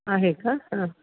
आहे का हां